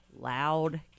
Loud